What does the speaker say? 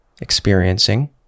experiencing